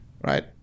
right